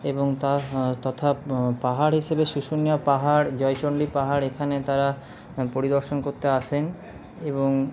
এবং তা তথা পাহাড় হিসেবে শুশুনিয়া পাহাড় জয়চন্ডী পাহাড় এখানে তারা পরিদর্শন করতে আসেন এবং